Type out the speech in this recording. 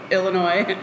Illinois